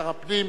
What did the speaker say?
שר הפנים,